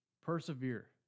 persevere